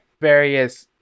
various